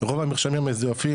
רוב המרשמים המזויפים,